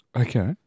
Okay